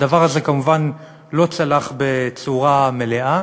הדבר הזה כמובן לא צלח בצורה מלאה,